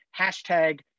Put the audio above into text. hashtag